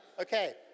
Okay